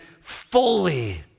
fully